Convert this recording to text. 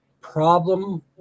problem